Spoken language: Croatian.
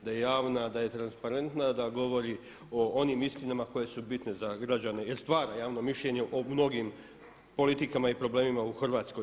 Da je javna, da je transparentna, da govori o onim istinama koje su bitne za građane jer stvara javno mišljenje o mnogim politikama i problemima u Hrvatskoj.